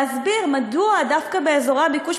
להסביר מדוע דווקא באזורי הביקוש,